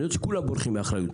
אני רואה שכולם בורחים מאחריות.